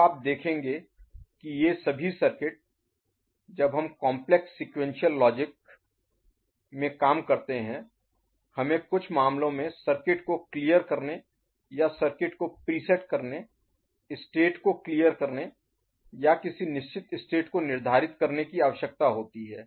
अब आप देखेंगे कि ये सभी सर्किट जब हम complex sequential logic Complex Sequential Logic जटिल अनुक्रमिक तर्क में काम करते हैं हमें कुछ मामलों में सर्किट को क्लियर करने या सर्किट को प्रीसेट करने स्टेट को क्लियर करने या किसी निश्चित स्टेट को निर्धारित करने की आवश्यकता होती है